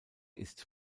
ist